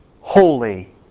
holy